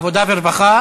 לוועדת העבודה, הרווחה